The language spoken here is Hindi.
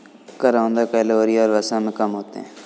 करौंदा कैलोरी और वसा में कम होते हैं